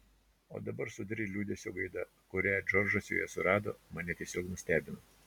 o dabar sodri liūdesio gaida kurią džordžas joje surado mane tiesiog nustebino